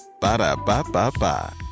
Ba-da-ba-ba-ba